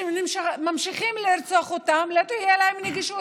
ממשיכים לרצוח נשים, ולאותן נשים לא תהיה נגישות.